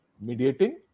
mediating